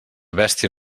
bèstia